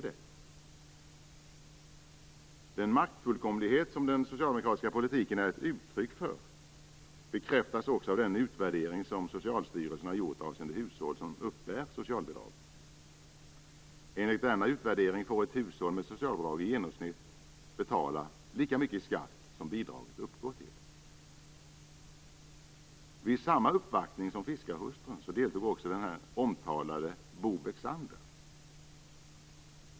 Den maktfullkomlighet som den socialdemokratiska politiken är ett uttryck för bekräftas också av den utvärdering som Socialstyrelsen har gjort avseende hushåll som uppbär socialbidrag. Enligt denna utvärdering får ett hushåll med socialbidrag i genomsnitt betala lika mycket i skatt som bidraget uppgår till. Vid samma uppvaktning som fiskarhustrun deltog också den omtalade Bo Bexander.